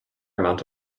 amount